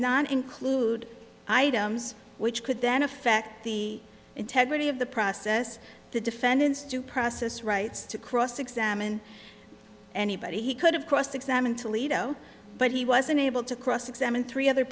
not include items which could then affect the integrity of the process the defendant's due process rights to cross examine anybody he could have cross examined toledo but he was unable to cross examine three other